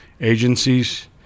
agencies